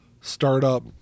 startup